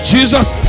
Jesus